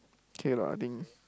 K lah I think